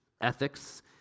Ethics